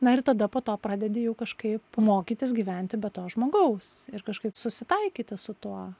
na ir tada po to pradedi jau kažkaip mokytis gyventi be to žmogaus ir kažkaip susitaikyti su tuo